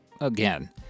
again